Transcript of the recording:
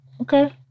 Okay